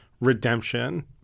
redemption